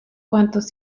cuantos